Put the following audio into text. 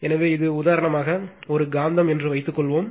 எனவே இது உதாரணமாக ஒரு காந்தம் என்று வைத்துக்கொள்வோம்